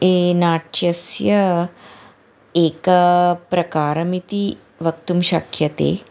ये नाट्यस्य एक प्रकारम् इति वक्तुं शक्यते